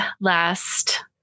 last